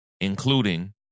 including